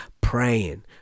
Praying